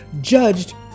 judged